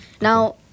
Now